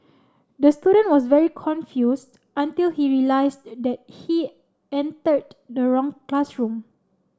the student was very confused until he realised the he entered the wrong classroom